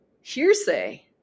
hearsay